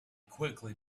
quickly